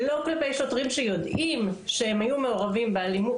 לא כלפי שוטרים שיודעים שהם היו מעורבים באלימות,